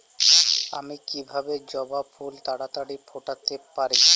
আমি কিভাবে জবা ফুল তাড়াতাড়ি ফোটাতে পারি?